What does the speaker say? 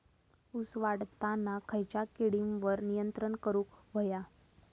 ऊस वाढताना खयच्या किडींवर नियंत्रण करुक व्हया?